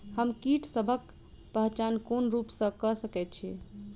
हम कीटसबक पहचान कोन रूप सँ क सके छी?